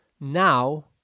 Now